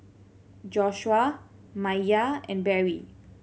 Joshuah Maiya and Barrie